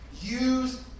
Use